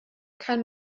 kann